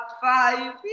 five